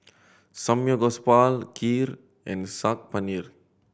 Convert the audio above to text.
Samgeyopsal Kheer and Saag Paneer